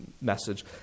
message